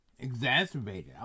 exacerbated